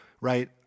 right